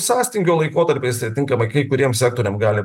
sąstingio laikotarpiais tai atitinkamai kai kuriems sektoriam gali